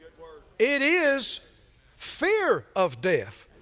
it is fear of death.